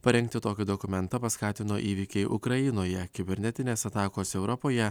parengti tokį dokumentą paskatino įvykiai ukrainoje kibernetinės atakos europoje